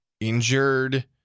Injured